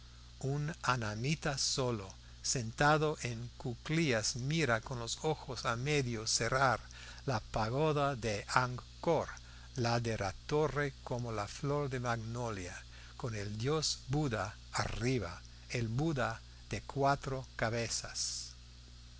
un anamita solo sentado en cuclillas mira con los ojos a medio cerrar la pagoda de angkor la de la torre como la flor de magnolia con el dios buda arriba el buda de cuatro cabezas